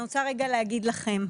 אני רוצה להגיד לכם: